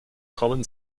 common